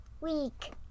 week